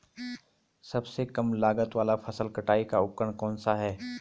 सबसे कम लागत वाला फसल कटाई का उपकरण कौन सा है?